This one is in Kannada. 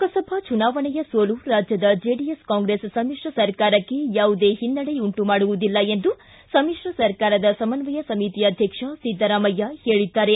ಲೋಕಸಭಾ ಚುನಾವಣೆಯ ಸೋಲು ರಾಜ್ಯದ ಜೆಡಿಎಸ್ ಕಾಂಗ್ರೆಸ್ ಸಮಿಶ್ರ ಸರ್ಕಾರಕ್ಕೆ ಯಾವುದೇ ಹಿನ್ನಡೆ ಉಂಟು ಮಾಡುವುದಿಲ್ಲ ಎಂದು ಸಮಿತ್ರ ಸರ್ಕಾರದ ಸಮನ್ವಯ ಸಮಿತಿ ಅಧ್ಯಕ್ಷ ಸಿದ್ದರಾಮಯ್ಯ ಹೇಳಿದ್ದಾರೆ